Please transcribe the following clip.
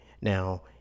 now